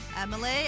Emily